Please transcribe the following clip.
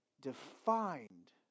defined